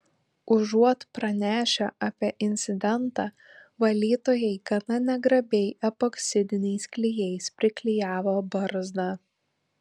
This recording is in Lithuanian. užuot pranešę apie incidentą valytojai gana negrabiai epoksidiniais klijais priklijavo barzdą